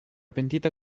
pentita